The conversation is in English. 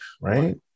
right